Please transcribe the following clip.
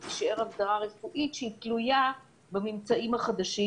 היא תישאר הגדרה רפואית שתלויה בממצאים החדשים.